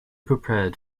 prepared